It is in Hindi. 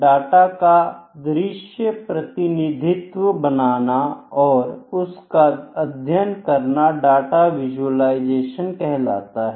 डाटा का दृश्य प्रतिनिधित्व बनाना और उसका अध्ययन करना डाटा विजुलाइजेशन कहलाता है